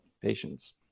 patients